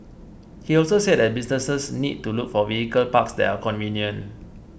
he also said that businesses need to look for vehicle parks that are convenient